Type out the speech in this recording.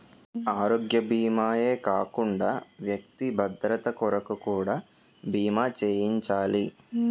ఆరోగ్య భీమా ఏ కాకుండా వ్యక్తి భద్రత కొరకు కూడా బీమా చేయించాలి